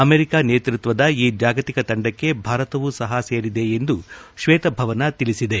America ನೇತೃತ್ವದ ಈ ಜಾಗತಿಕ ತಂಡಕ್ಕೆ ಭಾರತವೂ ಸಹ ಸೇರಿದೆ ಎಂದು ಶ್ವೇತಭವನ ತಿಳಿಸಿದೆ